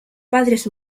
padres